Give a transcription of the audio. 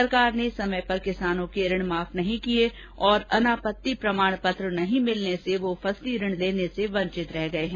सरकार ने समय पर किसानों के ऋण माफ नहीं किए तथा अनापत्ति प्रमाण नहीं मिलने से वह फसली ऋण लेने से वंचित हो गया है